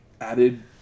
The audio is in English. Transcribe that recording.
added